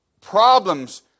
problems